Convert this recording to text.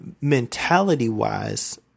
mentality-wise